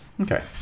Okay